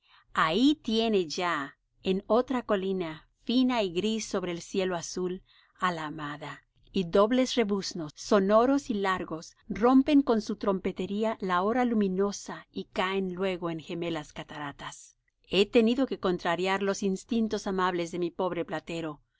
ahí tiene ya en otra colina fina y gris sobre el cielo azul á la amada y dobles rebuznos sonoros y largos rompen con su trompetería la hora luminosa y caen luego en gemelas cataratas he tenido que contrariar los instintos amables de mi pobre platero